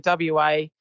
WA